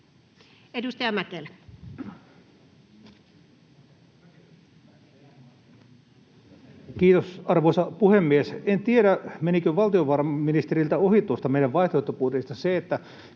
Edustaja Mäkelä. Kiitos, arvoisa puhemies! En tiedä, menikö valtiovarainministeriltä ohi tuosta meidän vaihtoehtobudjetista se, että